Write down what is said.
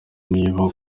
niba